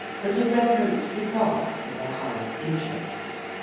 but a reverent regard for their highest interests